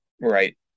right